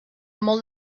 molt